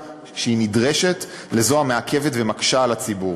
שנדרשת לבין זו המעכבת ומקשה על הציבור.